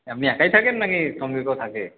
আপনি একাই থাকেন নাকি সঙ্গে কেউ থাকে